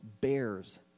bears